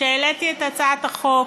כשהעליתי את הצעת החוק,